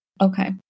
Okay